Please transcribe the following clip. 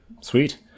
Sweet